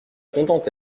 contente